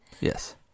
yes